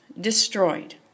destroyed